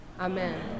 Amen